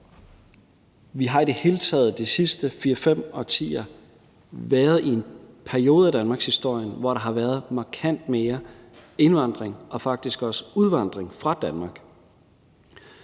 Vi har i det hele taget de sidste fire og fem årtier været i en periode i danmarkshistorien, hvor der har været markant mere indvandring og faktisk også udvandring fra Danmark.